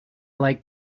like